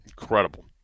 incredible